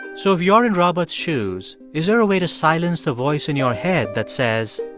so if you're in robert's shoes, is there a way to silence the voice in your head that says,